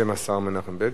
בשם השר מנחם בגין?